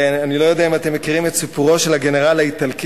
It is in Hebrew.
אני לא יודע אם אתם מכירים את סיפורו של הגנרל האיטלקי,